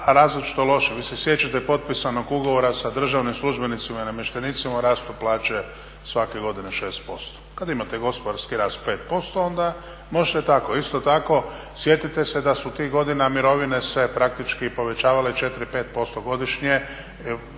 različitom u lošim. Vi se sjećate potpisanog ugovora sa državnim službenicima i namještenicima o rastu plaće svake godine 6%. Kada imate gospodarski rast 5% onda možete tako. Isto tako sjetite se da su tih godina mirovine se praktički povećavale 4, 5% godišnje,